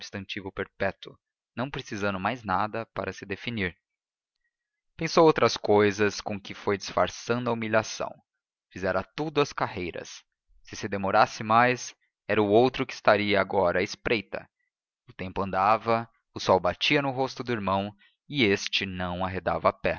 substantivo perpétuo não precisando mais nada para se definir pensou outras cousas com que foi disfarçando a humilhação fizera tudo às carreiras se se demorasse mais era o outro que estaria agora à espreita o tempo andava o sol batia no rosto do irmão e este não arredava